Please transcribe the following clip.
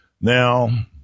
Now